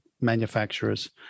manufacturers